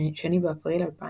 2 באפריל 2000